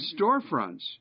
storefronts